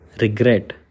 regret